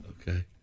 Okay